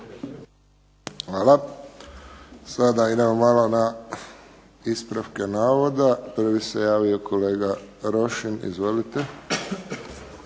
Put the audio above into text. Hvala. Sada idemo malo na ispravke navoda. Prvi se javio kolega Rošin. Izvolite.